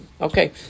Okay